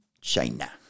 China